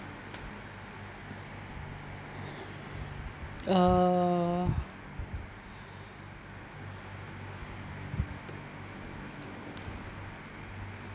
uh